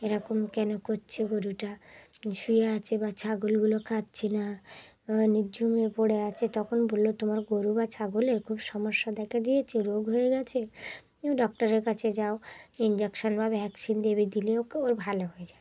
এরকম কেন করছে গরুটা শুয়ে আছে বা ছাগলগুলো খাচ্ছে না নিজ্ঝুম হয়ে পড়ে আছে তখন বললো তোমার গরু বা ছাগলের খুব সমস্যা দেখা দিয়েছে রোগ হয়ে গেছে ডক্টরের কাছে যাও ইঞ্জেকশান বা ভ্যাকসিন দেবে দিলেও ওর ভালো হয়ে যাবে